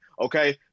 Okay